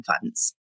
funds